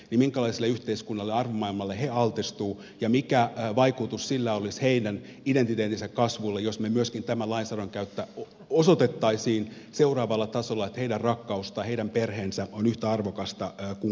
minkälaiselle yhteiskunnalle ja arvomaailmalle he altistuvat ja mikä vaikutus sillä olisi heidän identiteettinsä kasvulle jos me myöskin tämän lainsäädännön kautta osoittaisimme seuraavalla tasolla että heidän rakkautensa tai perheensä on yhtä arvokas kuin kaikkien muidenkin